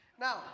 Now